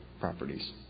properties